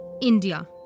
India